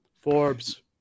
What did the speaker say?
Forbes